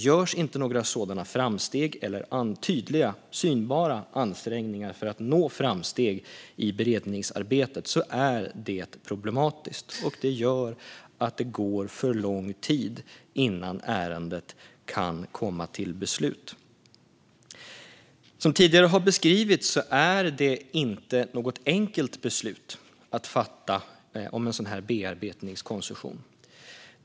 Görs inte några sådana framsteg eller tydliga, synbara ansträngningar för att nå framsteg i beredningsarbetet är det problematiskt. Det gör att det går för lång tid innan ärendet kan komma till beslut. Som tidigare har beskrivits är det inte något enkelt beslut att fatta om en sådan bearbetningskoncession.